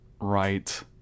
right